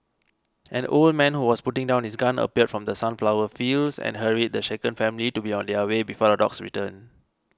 an old man who was putting down his gun appeared from the sunflower fields and hurried the shaken family to be on their way before the dogs return